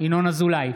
ינון אזולאי,